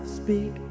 Speak